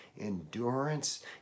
endurance